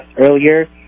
earlier